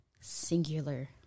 singular